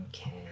Okay